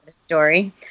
story